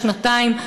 לשנתיים,